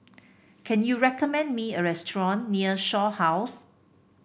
can you recommend me a restaurant near Shaw House